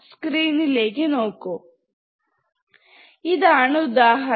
സ്ക്രീനിലേക്ക് നോക്കൂ ഇതാണ് ഉദാഹരണം